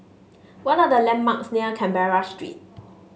what are the landmarks near Canberra Street